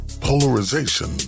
polarization